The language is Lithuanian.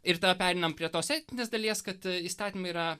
ir tada pereinam prie tos etninės dalies kad a įstatymai yra